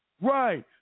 right